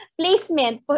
placement